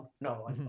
No